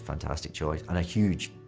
fantastic choice. and a huge